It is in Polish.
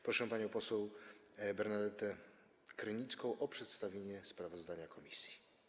Proszę panią poseł Bernadetę Krynicką o przedstawienie sprawozdania komisji.